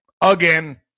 again